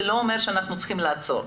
זה לא אומר שאתם צריכים לעצור.